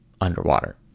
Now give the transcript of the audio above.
underwater